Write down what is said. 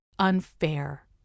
unfair